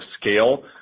scale